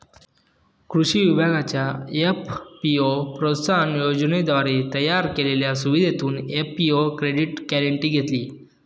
कृषी विभागाच्या एफ.पी.ओ प्रोत्साहन योजनेद्वारे तयार केलेल्या सुविधेतून एफ.पी.ओ क्रेडिट गॅरेंटी घेतली